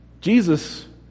Jesus